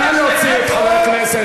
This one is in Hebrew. נא להוציא את חבר הכנסת.